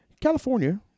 California